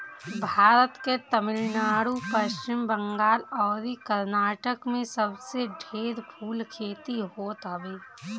भारत के तमिलनाडु, पश्चिम बंगाल अउरी कर्नाटक में सबसे ढेर फूल के खेती होत हवे